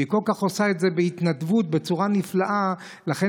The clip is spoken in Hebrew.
והיא עושה את זה בהתנדבות בצורה נפלאה כל כך.